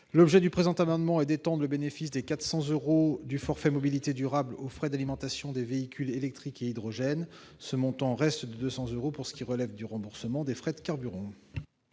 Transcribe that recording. L'objet du présent amendement est d'étendre le bénéfice des 400 euros du forfait mobilités durables aux frais d'alimentation des véhicules électriques et à hydrogène. Ce montant resterait de 200 euros pour ce qui relève du remboursement des frais de carburants.